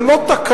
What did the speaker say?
זה לא תקלה,